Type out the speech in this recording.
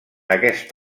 aquest